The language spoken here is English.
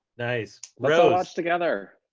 nice. let's go watch together.